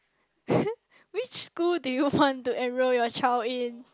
which school do you want to enroll your child in